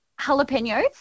jalapenos